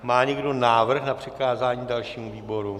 Má někdo návrh na přikázání dalšímu výboru?